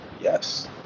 Yes